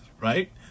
right